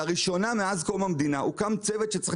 לראשונה מאז קום המדינה הוקם צוות שצריך